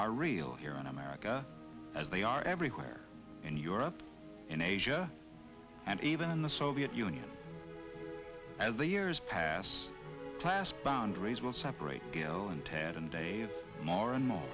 are real here in america as they are everywhere in europe in asia and even in the soviet union as the years pass class boundaries will separate gale and